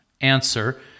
answer